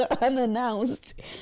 unannounced